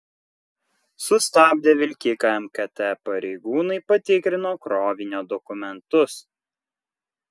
sustabdę vilkiką mkt pareigūnai patikrino krovinio dokumentus